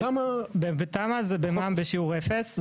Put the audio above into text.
בתמ"א, זה במע"מ בשיעור אפס.